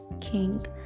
King